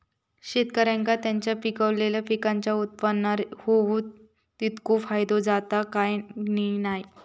शेतकऱ्यांका त्यांचा पिकयलेल्या पीकांच्या उत्पन्नार होयो तितको फायदो जाता काय की नाय?